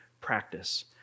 practice